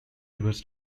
rivers